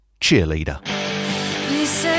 Cheerleader